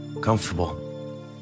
comfortable